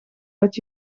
dat